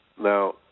Now